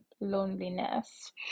loneliness